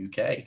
uk